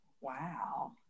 Wow